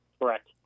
Correct